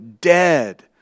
dead